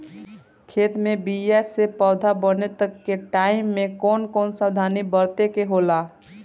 खेत मे बीया से पौधा बने तक के टाइम मे कौन कौन सावधानी बरते के होला?